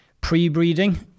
pre-breeding